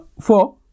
four